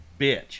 bitch